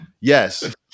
Yes